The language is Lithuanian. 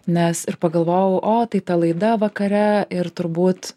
nes ir pagalvojau o tai ta laida vakare ir turbūt